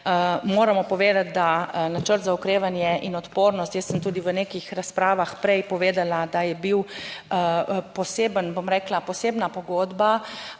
moramo povedati, da načrt za okrevanje in odpornost, jaz sem tudi v nekih razpravah prej povedala, da je bil poseben, bom rekla, posebna pogodba,